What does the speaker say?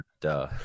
Duh